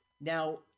Now